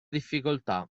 difficoltà